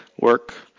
work